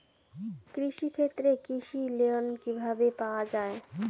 কৃষি ক্ষেত্রে কৃষি লোন কিভাবে পাওয়া য়ায়?